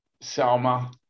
Selma